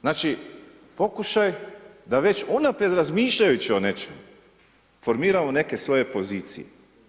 Znači, pokušaj da već unaprijed razmišljajući o nečemu formiramo neke svoje pozicije.